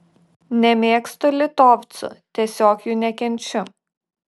nemėgstu litovcų tiesiog jų nekenčiu